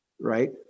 Right